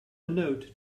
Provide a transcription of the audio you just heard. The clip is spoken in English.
note